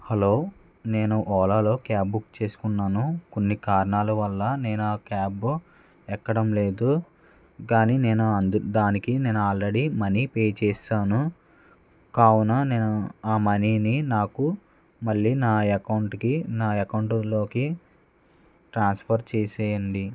hello నేను ఓలాలో cab book చేసుకున్నాను కొన్ని కారణాల వల్ల నేను ఆ క్యాబ్ ఎక్కడం లేదు కానీ నేను దానికి నేను ఆల్రెడీ మనీ పే చేసేసాను కావున నేను ఆ మనీని నాకు మళ్ళీ నా అకౌంట్కి నా అకౌంట్లోకి ట్రాన్స్ఫర్ చేసేయండి